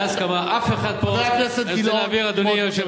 בהסכמה, יש חינוך שוויוני, לא צריך.